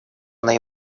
она